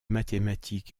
mathématiques